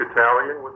Italian